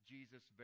Jesus